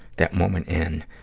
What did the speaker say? that moment in,